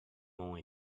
only